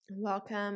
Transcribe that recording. Welcome